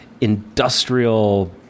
industrial